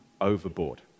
overboard